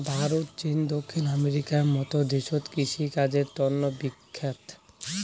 ভারত, চীন, দক্ষিণ আমেরিকার মত দেশত কৃষিকাজের তন্ন বিখ্যাত